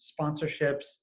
sponsorships